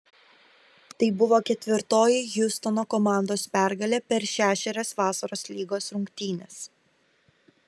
tai buvo ketvirtoji hjustono komandos pergalė per šešerias vasaros lygos rungtynes